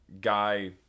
Guy